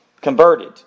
converted